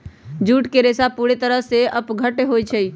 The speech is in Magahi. जूट के रेशा पूरे तरह से अपघट्य होई छई